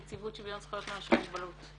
נציבות שוויון זכויות לאנשים עם מוגבלות.